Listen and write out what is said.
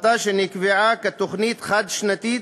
שנקבעה כתוכנית חד-שנתית,